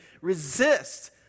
resist